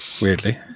weirdly